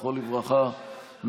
זכרו לברכה,